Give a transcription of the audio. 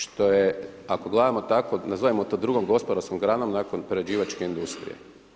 Što je ako gledamo tako, nazovimo to drugome gospodarskom granom, nakon prerađivačke industrije.